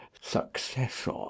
successor